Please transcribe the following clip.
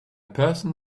person